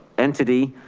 entity.